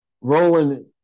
Roland